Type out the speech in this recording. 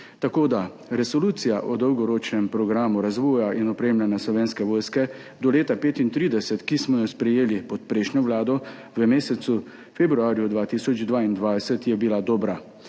Resolucija o dolgoročnem programu razvoja in opremljanja Slovenske vojske do leta 2035, ki smo jo sprejeli pod prejšnjo vlado v mesecu februarju 2022, je bila dobra.